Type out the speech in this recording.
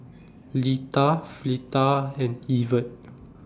Litha Fleta and Evert